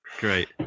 Great